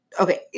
okay